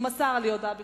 והוא מסר לי הודעה בכתב,